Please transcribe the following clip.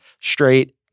straight